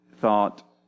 thought